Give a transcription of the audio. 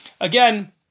Again